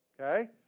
Okay